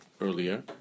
earlier